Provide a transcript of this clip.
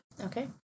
Okay